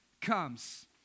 comes